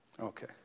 Okay